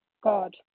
God